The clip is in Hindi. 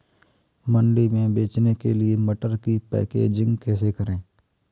मंडी में बेचने के लिए मटर की पैकेजिंग कैसे करें?